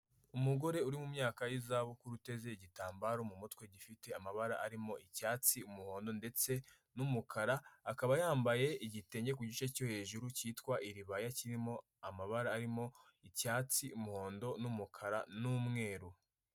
Umugore uri mu myaka y'izabukuru. uteze igitambaro mu mutwe, gifite amabara arimo icyatsi, umuhondo ndetse n'umukara, akaba yambaye igitenge ku gice cyo hejuru cyitwa iribaya, kirimo amabara arimo icyatsi, umuhondo n'umukara n'umweru.